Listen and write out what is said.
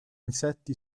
insetti